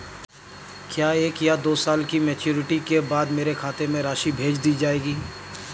क्या एक या दो साल की मैच्योरिटी के बाद मेरे खाते में राशि भेज दी जाएगी?